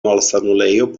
malsanulejo